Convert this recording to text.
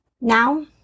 Now